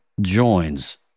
joins